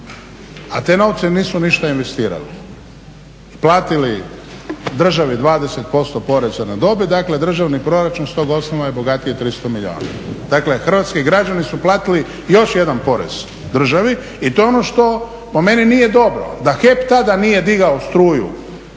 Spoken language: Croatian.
a te novce nisu ništa investirali. Platili državi 20% poreza na dobit, dakle državni proračun s tog osnova je bogatiji 300 milijuna. Dakle hrvatski građani su platili još jedan porez državi i to je ono što po meni nije dobro. Da HEP tada nije digao struju